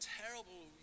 terrible